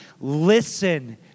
Listen